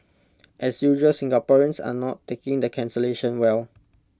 as usual Singaporeans are not taking the cancellation well